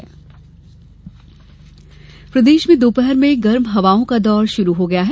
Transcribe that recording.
मौसम प्रदेश में दोपहर में गर्म हवाओं का दौर शुरू हो गया है